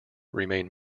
remain